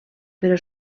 però